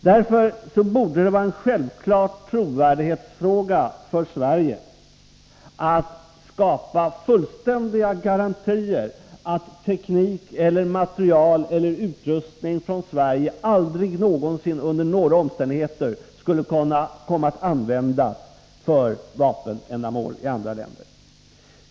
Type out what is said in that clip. Därför borde det vara en självklar trovärdighetsfråga för Sverige att skapa fullständiga garantier för att teknik, material eller utrustning från Sverige aldrig någonsin kommer att användas för vapenändamål i andra länder.